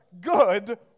good